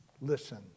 Listen